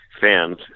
fans